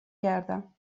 کردم